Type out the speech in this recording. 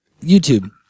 YouTube